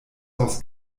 aus